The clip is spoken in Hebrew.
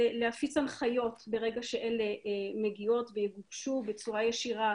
להפיץ הנחיות ברגע שאלה מגיעות ויגובשו בצורה ישירה